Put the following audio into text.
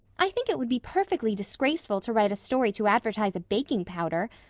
i think it would be perfectly disgraceful to write a story to advertise a baking powder.